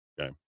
okay